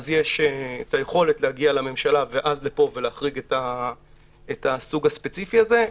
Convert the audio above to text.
יש לו יכולת להגיע לממשלה ואז לפה ולהחריג את הסוג הספציפי הזה.